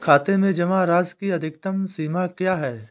खाते में जमा राशि की अधिकतम सीमा क्या है?